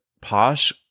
posh